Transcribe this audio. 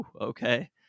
Okay